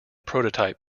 prototype